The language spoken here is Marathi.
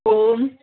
हो